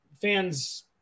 fans